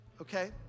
okay